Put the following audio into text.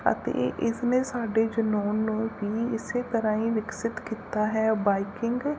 ਅਤੇ ਇਸ ਨੇ ਸਾਡੇ ਜਨੂੰਨ ਨੂੰ ਵੀ ਇਸ ਤਰ੍ਹਾਂ ਹੀ ਵਿਕਸਿਤ ਕੀਤਾ ਹੈ ਬਾਈਕਿੰਗ